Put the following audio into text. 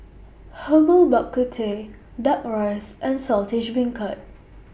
Herbal Bak Ku Teh Duck Rice and Saltish Beancurd